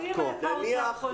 אנחנו מכירים את האוצר חושב.